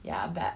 ya but